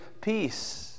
peace